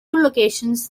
locations